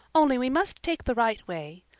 only we must take the right way.